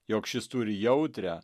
jog šis turi jautrią